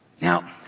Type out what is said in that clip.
Now